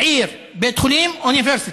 עיר, בית חולים, אוניברסיטה.